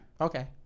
okay